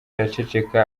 araceceka